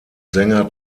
sänger